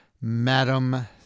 Madam